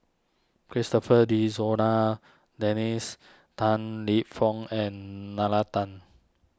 Christopher De Souza Dennis Tan Lip Fong and Nalla Tan